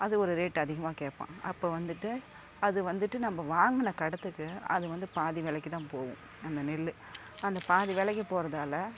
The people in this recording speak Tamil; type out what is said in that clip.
அது ஒரு ரேட் அதிகமாக கேட்பான் அப்போ வந்துட்டு அது வந்துட்டு நம்ம வாங்கின கடத்துக்கு அது வந்து பாதி விலைக்கிதான் போகும் அந்த நெல் அந்த பாதி விலைக்கிப் போகிறதால